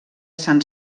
sant